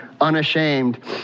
unashamed